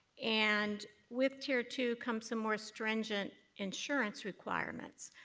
and with tier two comes a more stringent insurance requirements.